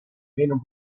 meno